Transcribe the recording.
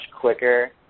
quicker